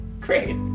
Great